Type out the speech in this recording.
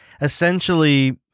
essentially